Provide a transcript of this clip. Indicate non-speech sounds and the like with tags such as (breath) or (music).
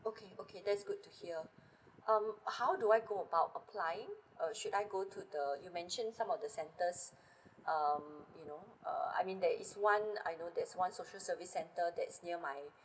okay okay that's good to hear (breath) um how do I go about applying uh should I go to the you mentioned some of the centres (breath) um you know uh I mean there is one I know there is one social service centre that's near my